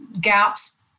gaps